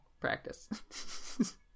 Practice